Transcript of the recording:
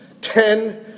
Ten